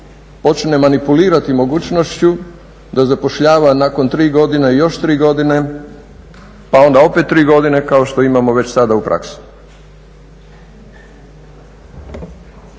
počne manipulirati mogućnošću da zapošljava nakon 3 godine još 3 godine pa onda opet 3 godine kao što imamo već sada u praksi.